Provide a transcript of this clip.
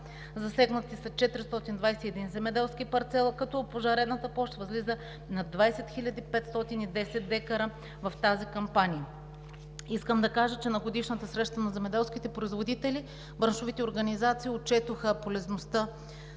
засегнати са 421 земеделски парцела, като опожарената площ възлиза на 20 510 дка в тази кампания. Искам да кажа, че на Годишната среща на земеделските производители браншовите организации отчетоха полезността